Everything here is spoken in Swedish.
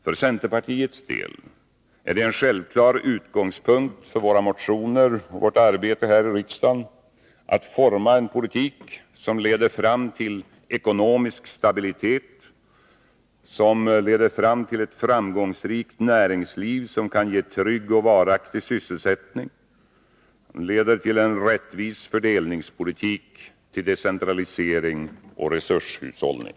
För centerpartiets del är det en självklar utgångspunkt för våra motioner och för vårt arbete här i riksdagen att en politik formas som leder fram till ekonomisk stabilitet och till ett framgångsrikt näringsliv, som kan ge trygg och varaktig sysselsättning och som leder till en rättvis fördelningspolitik, till decentralisering och resurshushållning.